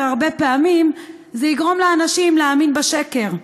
הרבה פעמים זה יגרום לאנשים להאמין בשקר.